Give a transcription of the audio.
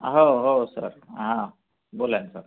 हो हो सर हां बोला ना सर